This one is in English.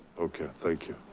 okay, thank you.